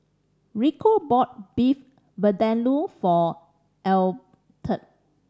Rico bought Beef Vindaloo for Elberta